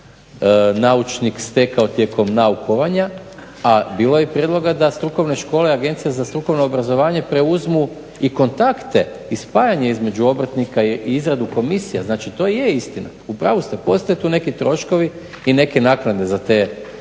naučnik stekao tijekom naukovanja. A bilo je i prijedloga da strukovne škole i Agencija za strukovno obrazovanje preuzmu i kontakte i spajanje između obrtnika i izradu komisija. Znači to je istina, u pravu ste, postoje tu neki troškovi i neke naknade za izborne